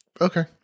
okay